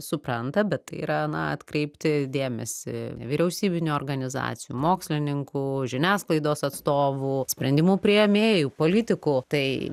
supranta bet tai yra na atkreipti dėmesį vyriausybinių organizacijų mokslininkų žiniasklaidos atstovų sprendimų priėmėjų politikų tai